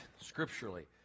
scripturally